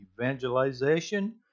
evangelization